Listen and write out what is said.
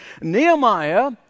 Nehemiah